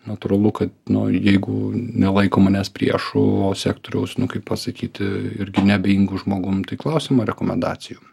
natūralu kad nu jeigu nelaiko manęs priešu o sektoriaus nu kaip pasakyti irgi neabejingu žmogum tai klausiama rekomendacijų